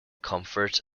comfort